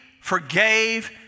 forgave